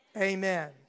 Amen